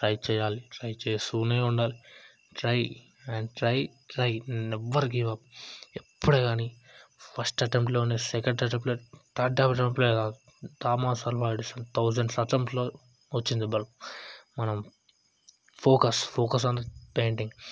try చేయాలి try చేస్తూనే ఉండాలి try and try try never give up ఎప్పుడు కానీ ఫస్ట్ అటెంప్ట్లోనే సెకండ్ అటెంప్ట్ థర్డ్ అటెంప్ట్లోనే కాదు థామస్ అల్వా ఎడిసన్ థౌసండ్స్ అటెంప్ట్లో వచ్చింది బల్బ్ మనం focus focus on the painting